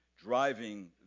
driving